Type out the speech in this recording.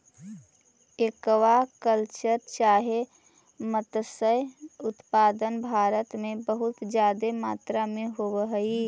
aqua culture चाहे मत्स्य उत्पादन भारत में बहुत जादे मात्रा में होब हई